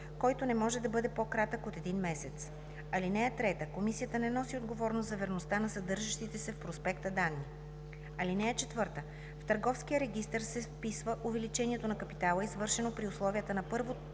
който не може да бъде по-кратък от един месец. (3) Комисията не носи отговорност за верността на съдържащите се в проспекта данни. (4) В търговския регистър се вписва увеличението на капитала, извършено при условията на първично